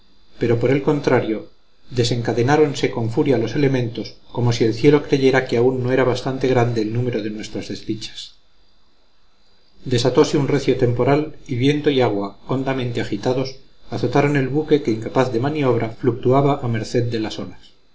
pero por el contrario desencadenáronse con furia los elementos como si el cielo creyera que aún no era bastante grande el número de nuestras desdichas desatose un recio temporal y viento y agua hondamente agitados azotaron el buque que incapaz de maniobra fluctuaba a merced de las olas